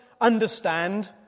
understand